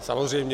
Samozřejmě.